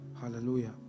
Hallelujah